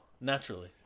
naturally